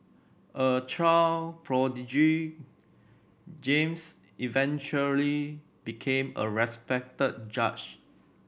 a child prodigy James eventually became a respected judge